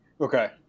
Okay